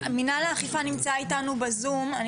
האכיפה נמצא איתנו בזום אני